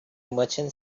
merchant